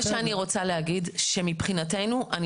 מה שאני רוצה להגיד שמבחינתנו אני